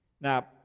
now